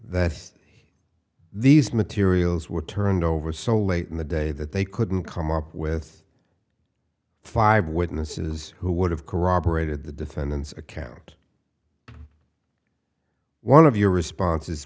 that these materials were turned over so late in the day that they couldn't come up with five witnesses who would have corroborated the defendant's account one of your responses